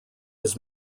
his